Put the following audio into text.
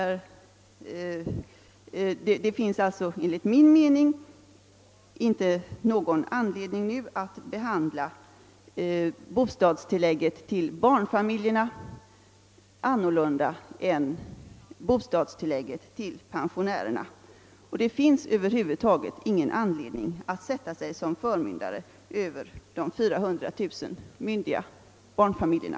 Det finns enligt min mening inte någon anledning att nu behandla bostadstillägget till barnfamiljerna annorlunda än bostadstillägget till pensionärerna, och det finns över huvud taget ingen anledning att sätta sig som förmyndare över de 400 000 myndiga barnfamiljerna.